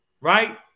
right